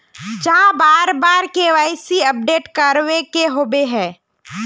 चाँह बार बार के.वाई.सी अपडेट करावे के होबे है?